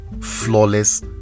flawless